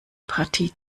partie